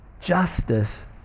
Justice